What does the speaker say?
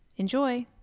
enjoy!